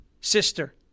sister